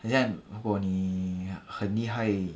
很像如果你很厉害